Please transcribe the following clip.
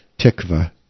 Tikva